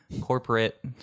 corporate